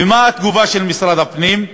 ומה התגובה של משרד הפנים?